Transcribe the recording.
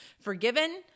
forgiven